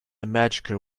magical